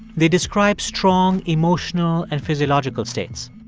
they describe strong emotional and physiological states.